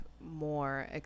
more